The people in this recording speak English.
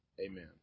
Amen